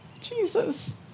Jesus